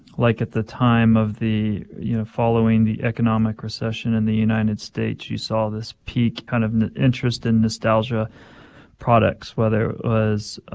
like at the time of the you know, following the economic recession in the united states, you saw this peak kind of interest in nostalgia products whether it was